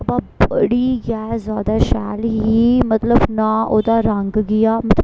बा बड़ी गै ज्यादा शैल ही मतलब नां ओह्दा रंग गेआ मतलब